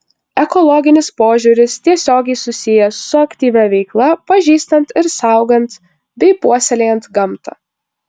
ekologinis požiūris tiesiogiai susijęs su aktyvia veikla pažįstant ir saugant bei puoselėjant gamtą